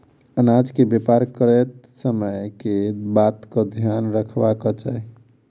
अनाज केँ व्यापार करैत समय केँ बातक ध्यान रखबाक चाहि?